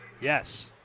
Yes